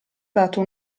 dato